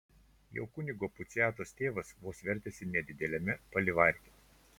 jau kunigo puciatos tėvas vos vertėsi nedideliame palivarke